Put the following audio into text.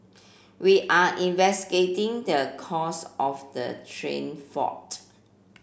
we are investigating the cause of the train fault